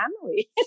family